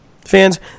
Fans